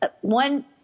one